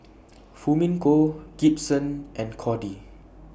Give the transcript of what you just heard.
Fumiko Gibson and Codey